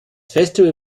festival